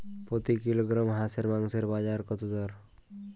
প্রতি কিলোগ্রাম হাঁসের মাংসের বাজার দর কত?